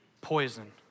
poison